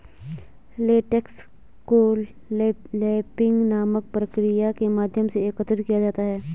latex को tapping नामक प्रक्रिया के माध्यम से एकत्र किया जाता है